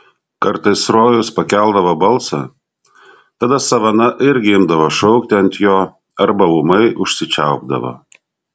kartais rojus pakeldavo balsą tada savana irgi imdavo šaukti ant jo arba ūmai užsičiaupdavo